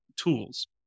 tools